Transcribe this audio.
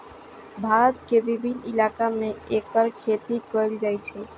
भारत के विभिन्न इलाका मे एकर खेती कैल जाइ छै